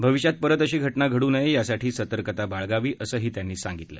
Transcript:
भविष्यात परत अशी घटना घडू नये यासाठी सतर्कता बाळगावी असंही त्यांनी सांगितलं